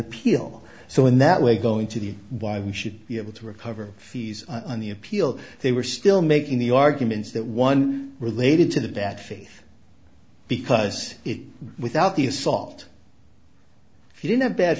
pill so in that way going to the why we should be able to recover fees on the appeal they were still making the arguments that one related to that face because it without the assault if you didn't have bad